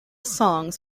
songs